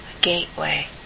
gateway